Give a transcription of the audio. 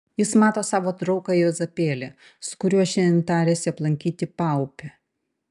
jis mato savo draugą juozapėlį su kuriuo šiandien tarėsi aplankyti paupį